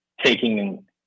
taking